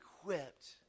equipped